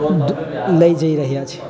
લઈ જઈ રહ્યા છીએ